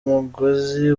mugozi